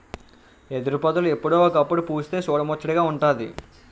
ఎదురుపొదలు ఎప్పుడో ఒకప్పుడు పుస్తె సూడముచ్చటగా వుంటాది